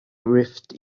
rift